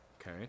okay